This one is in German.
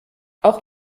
auch